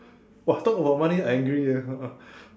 !wah! talk about money I angry ah